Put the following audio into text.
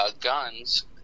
guns